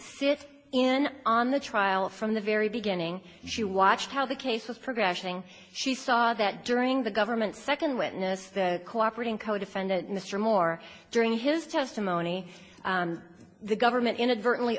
sit in on the trial from the very beginning she watched how the case was progression she saw that during the government's second witness the cooperating codefendant mr moore during his testimony the government inadvertently